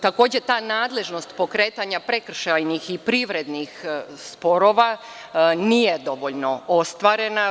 Takođe, ta nadležnost pokretanja prekršajnih i privrednih sporova nije dovoljno ostvarena.